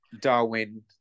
Darwin